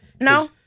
No